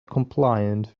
compliant